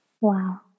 wow